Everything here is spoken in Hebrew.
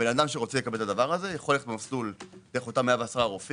האדם שרוצה לקבל את זה יכול ללכת במסלול דרך אותם 110 רופאים,